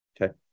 Okay